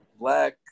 black